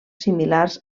similars